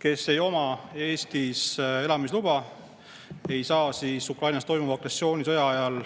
kes ei oma Eestis elamisluba, ei saa Ukrainas toimuva agressioonisõja ajal